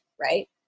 right